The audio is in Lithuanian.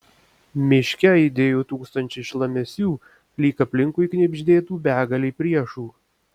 miške aidėjo tūkstančiai šlamesių lyg aplinkui knibždėtų begalė priešų